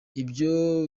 ibyo